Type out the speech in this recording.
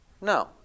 No